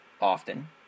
often